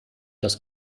das